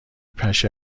پشه